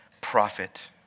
prophet